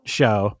show